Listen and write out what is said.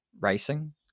racing